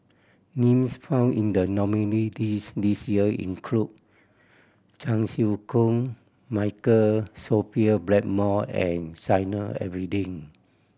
names found in the nominee list this year include Chan Chew Koon Michael Sophia Blackmore and Zainal Abidin